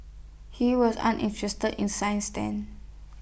he was uninterested in science then